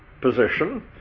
position